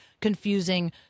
confusing